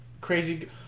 Crazy